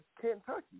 Kentucky